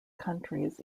countries